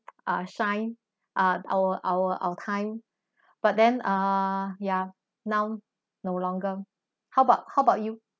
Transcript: ah shine uh our our our time but then err ya now no longer how about how about you